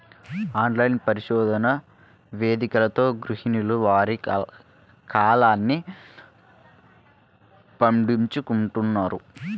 online పరిశోధన వేదికలతో గృహిణులు వారి కలల్ని పండించుకుంటున్నారు